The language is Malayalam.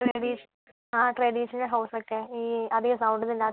ട്രഡീഷ് ആ ട്രഡീഷണൽ ഹൗസ് ഒക്കെ ഈ അധികം സൗണ്ട് ഒന്നും ഇല്ലാത്തത്